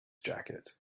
jacket